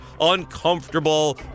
uncomfortable